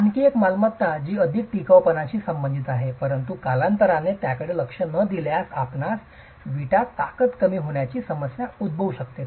आणखी एक मालमत्ता जी अधिक टिकाऊपणाशी संबंधित आहे परंतु कालांतराने त्याकडे लक्ष न दिल्यास आपणास वीटात ताकद कमी होण्याची समस्या उद्भवू शकते